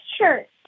shirt